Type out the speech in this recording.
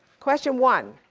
question one,